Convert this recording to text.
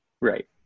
Right